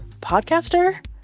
podcaster